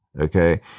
Okay